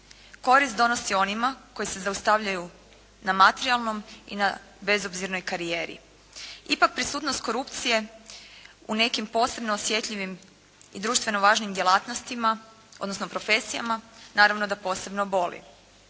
Korist donosi onima koji se zaustavljaju na materijalnom i na bezobzirnoj karijeri. Ipak prisutnost korupcije u nekim posebno osjetljivim i društveno važnim djelatnostima, odnosno profesijama naravno da posebno boli.